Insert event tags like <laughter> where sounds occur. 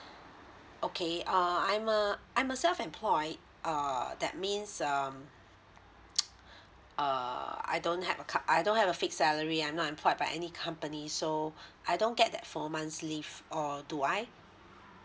okay uh I'm a I'm a self employed err that means um <noise> uh I don't have a com~ I don't have a fix salary I'm not employed by any company so I don't get that four months leave or do I